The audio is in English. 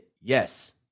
yes